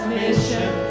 mission